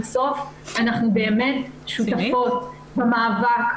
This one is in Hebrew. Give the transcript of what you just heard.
בסוף אנחנו באמת שותפות במאבק,